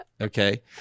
Okay